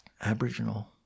Aboriginal